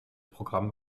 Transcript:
programm